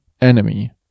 Enemy